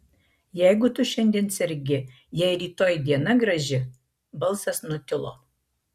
jeigu tu šiandien sergi jei rytoj diena graži balsas nutilo